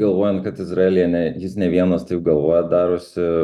galvojant kad izraelyje ne jis ne vienas taip galvoja darosi